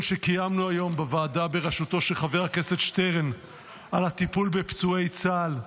שקיימנו היום בוועדה בראשותו של חבר הכנסת שטרן על הטיפול בפצועי צה"ל.